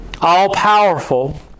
all-powerful